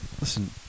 Listen